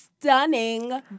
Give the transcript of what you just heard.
stunning